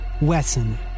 Wesson